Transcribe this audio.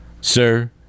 sir